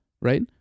right